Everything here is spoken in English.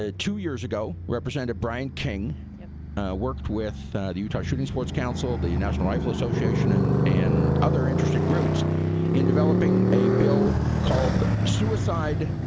ah two years ago representative brian king yeah ah worked with the utah shooting sports council, the national rifle association, and and other interested groups in developing a bill called suicide